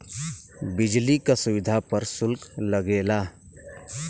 बिजली क सुविधा पर सुल्क लगेला